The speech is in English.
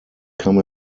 come